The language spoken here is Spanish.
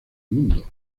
mundo